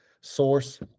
source